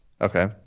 Okay